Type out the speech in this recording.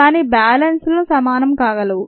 కాని బ్యాలెన్స్లు సమానము కాగలవు